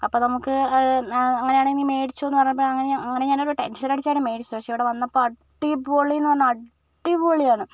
അപ്പം നമുക്ക് അങ്ങനെയാണെങ്കിൽ മേടിച്ചോ എന്ന് പറഞ്ഞപ്പോൾ ഞാൻ ടെൻഷൻ അടിച്ചാണ് മേടിച്ചത് ഇവിടെ വന്നപ്പോൾ അടിപൊളി എന്ന് പറഞ്ഞാൽ അടിപൊളി ആണ്